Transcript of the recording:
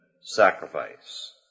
sacrifice